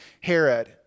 Herod